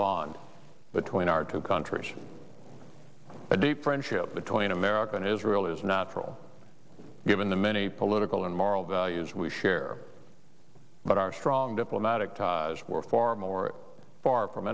bond between our two countries but deep friendship between america and israel is natural given the many political and moral values we share but our strong diplomatic ties were far more far from